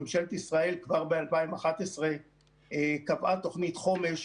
ממשלת ישראל כבר ב-2011 קבעה תוכנית חומש